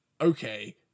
okay